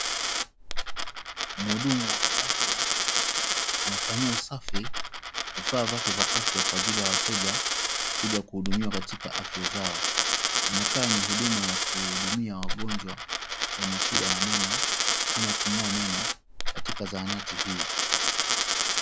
Mhudumu wa kiafya, anafanyia usafi vifaa vyake vya afya kwa ajili ya wateja kuja kuhudumiwa katika afya zao. Inakaa ni huduma ya kuhudumia wagonjwa wenye shida ya meno ama kung'oa meno katika zahanati hii.